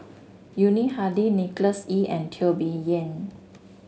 Yuni Hadi Nicholas Ee and Teo Bee Yen